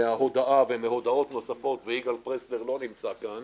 מן ההודעה ומהודעות נוספות ויגאל פרסלר לא נמצא כאן